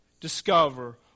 discover